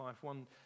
One